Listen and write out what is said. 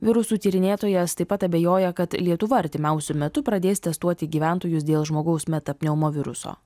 virusų tyrinėtojas taip pat abejoja kad lietuva artimiausiu metu pradės testuoti gyventojus dėl žmogaus meta pneumo viruso